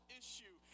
issue